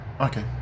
okay